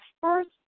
first